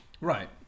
Right